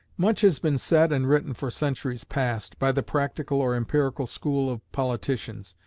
much has been said and written for centuries past, by the practical or empirical school of politicians,